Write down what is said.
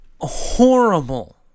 horrible